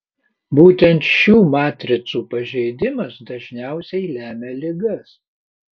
būtent šių matricų pažeidimas dažniausiai lemia ligas